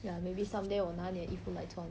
ya maybe someday 我拿你的衣服来穿